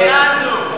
התחננו.